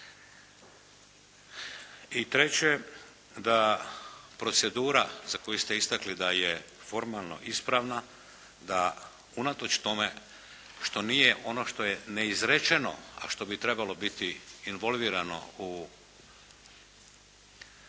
I treće, da procedura za koju ste istakli da je formalno ispravna, da unatoč tome što nije ono što je neizrečeno, a što bi trebalo biti involvirano u odabir